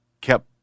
kept